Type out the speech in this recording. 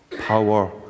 power